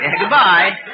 Goodbye